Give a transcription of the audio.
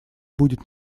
будет